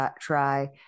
try